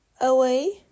away